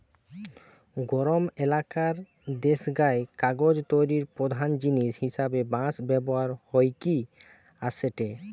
গরম এলাকার দেশগায় কাগজ তৈরির প্রধান জিনিস হিসাবে বাঁশ ব্যবহার হইকি আসেটে